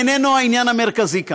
איננו העניין המרכזי כאן,